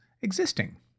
existing